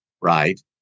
Right